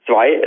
Zwei